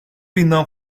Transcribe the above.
binden